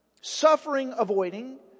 suffering-avoiding